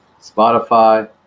Spotify